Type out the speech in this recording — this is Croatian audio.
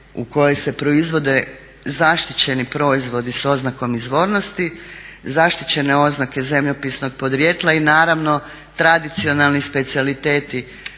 u kojoj se proizvode zaštićeni proizvodi s oznakom izvornosti, zaštićene oznake zemljopisnog podrijetla i naravno tradicionalni specijaliteti